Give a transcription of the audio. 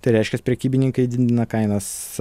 tai reiškias prekybininkai di na kainas